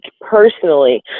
personally